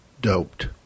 doped